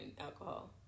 alcohol